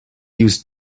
used